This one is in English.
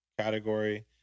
category